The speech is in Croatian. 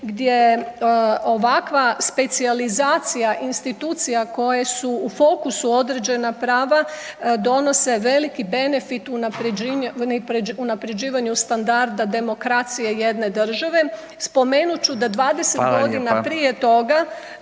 gdje ovakva specijalizacija institucija koje su u fokusu određena prava donose veliki benefit unapređivanju standarda demokracije jedne države. Spomenut ću da 20 godina prije toga